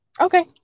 Okay